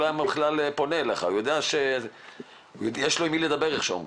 הוא בכלל לא היה פונה אליך יש לו עם מי לדבר איך שאומרים.